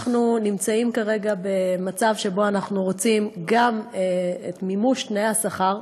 אנחנו נמצאים כרגע במצב שאנחנו רוצים גם את מימוש תנאי השכר.